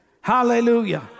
Hallelujah